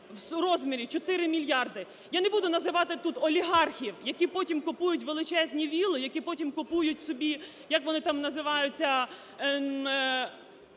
в розмірі 4 мільярди, я не буду називати тут олігархів, які потім купують величезні вілли, які потім купують собі, як вони там називаються,